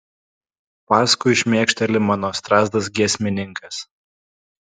paskui šmėkšteli mano strazdas giesmininkas